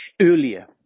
Earlier